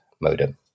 modem